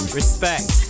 respect